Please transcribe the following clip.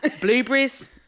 Blueberries